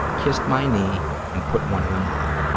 kissed my knee and put one of them on.